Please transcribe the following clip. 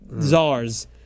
Czars